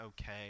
okay